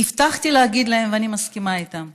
הבטחתי להגיד להם, ואני מסכימה איתם,